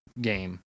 game